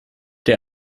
der